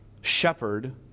shepherd